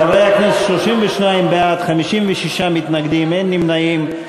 חברי הכנסת, 32 בעד, 56 מתנגדים, ואין נמנעים.